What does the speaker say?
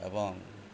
ଏବଂ